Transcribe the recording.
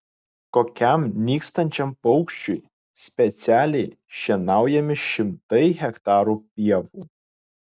kokiam nykstančiam paukščiui specialiai šienaujami šimtai hektarų pievų